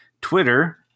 Twitter